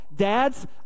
Dads